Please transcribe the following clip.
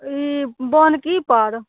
ई बान्हके ई पार